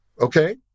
okay